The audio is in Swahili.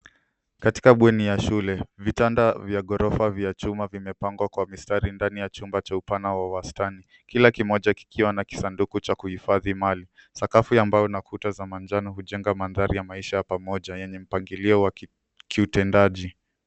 Katika bweni ya shule, vitanda ya ghorofa vya chuma vimepangwa kwa mistari ndani ya chumba cha upana wa wastani, kila kimoja kikiwa na kisanduku cha kuhifadhi mali. Sakafu ya mbao na kuta za manjano hujenga mandhari ya maisha ya pamoja yenye mpangilio wa kiutendaji.